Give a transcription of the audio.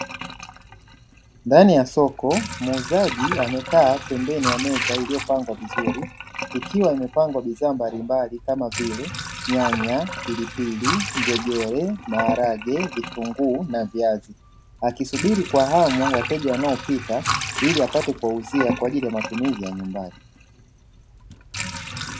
Ndani ya soko muuzaji amekaa pembeni ya meza iliyopangwa vizuri ikiwa imepangwa bidhaa mbalimbali kama vile: nyanya ,pilipili, njegere, maharage, vitunguu na viazi, akisubiri kwa hamu wateja wanaopita ili apate kuwauzia kwa ajili ya matumizi ya nyumbani.